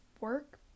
work